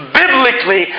biblically